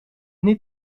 niet